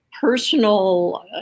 personal